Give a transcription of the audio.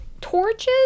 torches